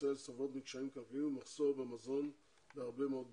בישראל סובלות מקשיים כלכליים וממחסור במזון בהרבה מאוד בתים.